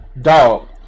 dog